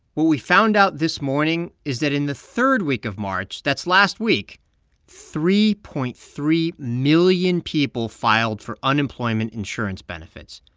what we found out this morning is that in the third week of march that's last week three point three million people filed for unemployment insurance benefits.